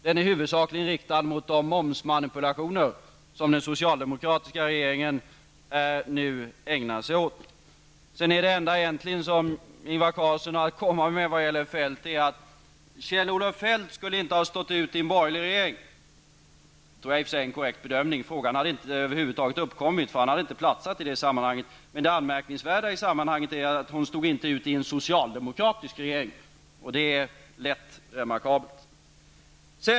Den är huvudsakligen riktad mot de momsmanipulationer som den socialdemokratiska regeringen nu ägnar sig åt. Det enda som Ingvar Carlsson egentligen har att komma med är att Kjell-Olof Feldt inte skulle ha stått ut i en borgerlig regering. Det tror jag i och för sig är en korrekt bedömning. Frågan skulle över huvud taget inte kunna uppkomma, eftersom han inte platsar i en sådan. Det anmärkningsvärda är dock att han inte stod ut i en socialdemokratisk regering. Det är rätt remarkabelt.